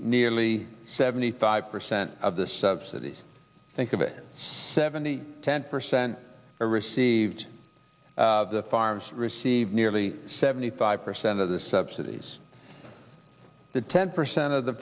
nearly seventy five percent of the subsidies think of it seventy ten percent are received the farms receive nearly seventy five percent of the subsidies the ten percent of the